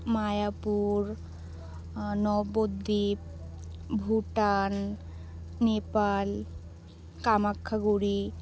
Mayapur Nabadwip Bhutan Nepal Kamakhyaguri